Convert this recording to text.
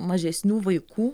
mažesnių vaikų